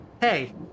Hey